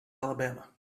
alabama